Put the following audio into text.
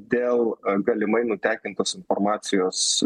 dėl ar galimai nutekintos informacijos